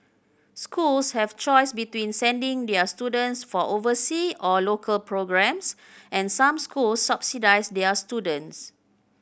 schools have a choice between sending their students for oversea or local programmes and some schools subsidise their students